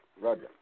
Roger